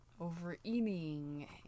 overeating